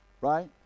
right